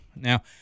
Now